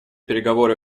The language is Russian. переговоры